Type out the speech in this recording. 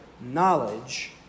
Knowledge